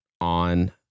on